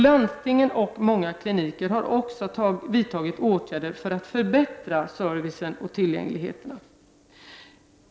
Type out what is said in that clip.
Landstingen och många kliniker har också vidtagit åtgärder för att förbättra servicen och tillgängligheten.